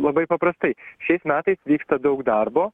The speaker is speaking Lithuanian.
labai paprastai šiais metais vyksta daug darbo